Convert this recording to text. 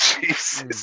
Jesus